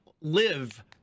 live